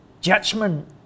judgment